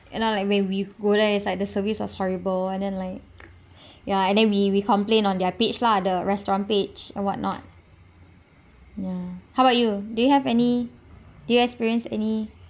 you know like when we go there is like the service was horrible and then like ya and then we we complain on their page lah the restaurant page and what not ya how about you do you have any do you experience any